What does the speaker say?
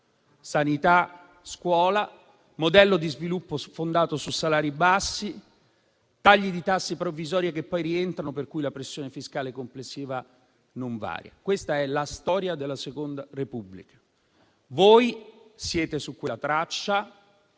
(sanità, scuola); modello di sviluppo fondato su salari bassi; tagli di tasse provvisori che poi rientrano per cui la pressione fiscale complessiva non varia. Questa è la storia della Seconda Repubblica. Voi siete su quella traccia